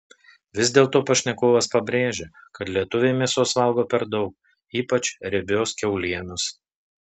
vis dėlto pašnekovas pabrėžia kad lietuviai mėsos valgo per daug ypač riebios kiaulienos